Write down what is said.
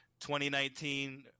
2019